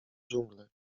dżunglę